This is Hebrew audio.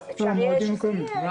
אפשר שזה יהיה